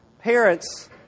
parents